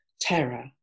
terror